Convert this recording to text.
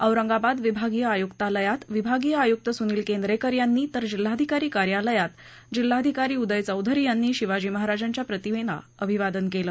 औरंगाबाद विभागीय आयुक्तालयात विभागीय आयुक्त सुनिल केंद्रेकर यांनी तर जिल्हाधिकारी कार्यालयात जिल्हाधिकारी उदय चौधरी यांनी शिवाजी महाराजांच्या प्रतिमेला अभिवादन केलं